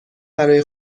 برای